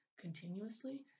continuously